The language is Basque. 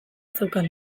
zeukan